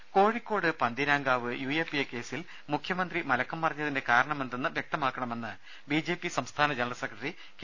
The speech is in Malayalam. രേര കോഴിക്കോട് പന്തീരാങ്കാവ് യുഎപിഎ കേസിൽ മുഖ്യമന്ത്രി മലക്കം മറിഞ്ഞതിന്റെ കാരണമെന്തെന്ന് വ്യക്തമാക്കണമെന്ന് ബിജെപി സംസ്ഥാന ജനറൽ സെക്രട്ടറി കെ